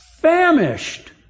Famished